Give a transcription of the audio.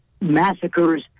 massacres